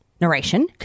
narration